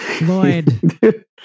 Lloyd